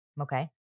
Okay